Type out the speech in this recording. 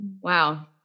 Wow